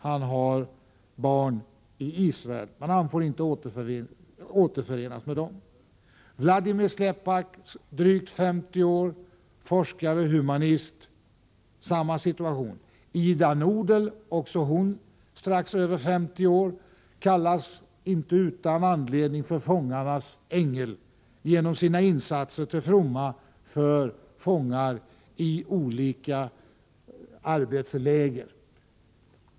Han har barn i Israel, men han får inte återförenas med dem. Vladimir Slepak är drygt 50 år, forskare, humanist. Han har samma situation. Ida Nudel är också strax över 50 år. Hon kallas inte utan anledning fångarnas ängel genom sina insatser till fromma för fångar i olika arbetsläger.